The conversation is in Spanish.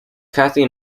cathy